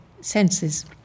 senses